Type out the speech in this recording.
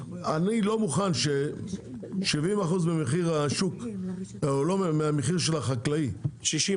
אני לא מוכן ש-70% מהמחיר של החקלאי קשור לתערובת.